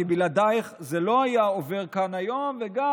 כי בלעדייך זה לא היה עובר כאן היום וגם